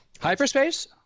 Hyperspace